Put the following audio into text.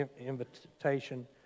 invitation